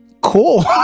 Cool